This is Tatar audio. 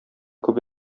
күп